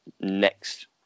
next